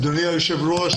אדוני היושב ראש,